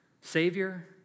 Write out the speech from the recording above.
Savior